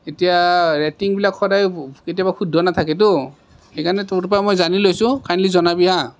এতিয়া ৰেটিঙবিলাক সদায় কেতিয়াবা শুদ্ধ নাথাকেতো সেইকাৰণে তোৰপৰা মই জানি লৈছোঁ কাইণ্ডলি জনাবি হাঁ